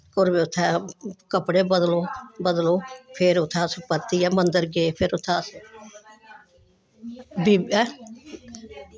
होर बी उत्थैं कपड़े बदलो बदलो फिर उत्थें अस परतियै मन्दर गे फिर उत्थें अस